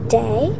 day